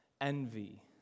envy